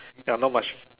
you not much